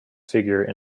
figure